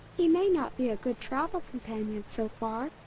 he may not be a good travel companion so far,